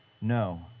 No